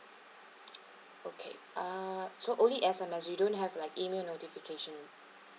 okay uh so only S_M_S you don't have like email notification in